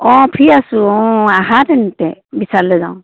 অ' free আছোঁ অ' আহা তেন্তে বিশাললৈ যাওঁ